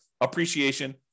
appreciation